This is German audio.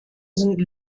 sind